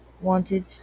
wanted